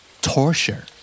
Torture